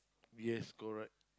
yes correct